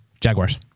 Jaguars